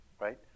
right